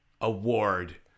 award